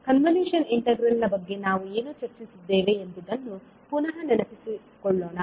convolution ಇಂಟೆಗ್ರಾಲ್ನ ಬಗ್ಗೆ ನಾವು ಏನು ಚರ್ಚಿಸಿದ್ದೇವೆ ಎಂಬುದನ್ನು ಪುನಃ ನೆನಪಿಸೋಣ